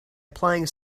applying